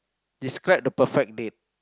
describe the perfect date